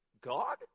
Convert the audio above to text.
god